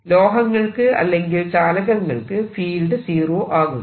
ലോഹങ്ങൾക്ക് അല്ലെങ്കിൽ ചാലകങ്ങൾക്ക് field zero ആകുന്നു